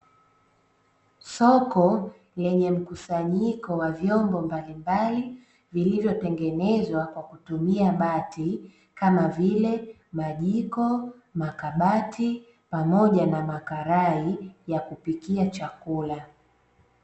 Soko lenye mkusanyiko wa vyombo mbalimbali, vilivyotengenezwa kwakutumia bati, kama vile: majiko, makabati, pamoja na makarai ya kupikia chakula.